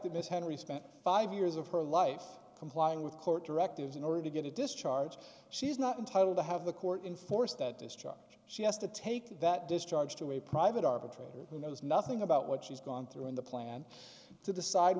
that ms henry spent five years of her life complying with court directives in order to get a discharge she's not entitled to have the court enforce that discharge she has to take that discharge to a private arbitrator who knows nothing about what she's gone through in the plan to decide